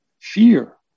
Fear